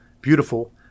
beautiful